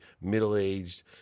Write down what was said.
middle-aged